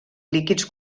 líquids